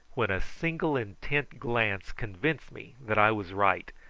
when a single intent glance convinced me that i was right,